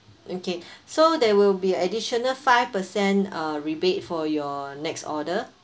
okay so there will be additional five percent uh rebate for your next order